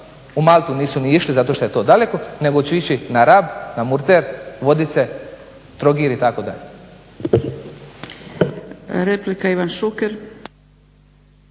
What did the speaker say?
u Maltu nisu ni išli zato što je to daleko, nego će ići na Rab, na Murter, Vodice, Trogir itd.